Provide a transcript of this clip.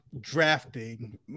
drafting